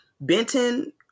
Benton